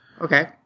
Okay